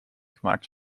gemaakt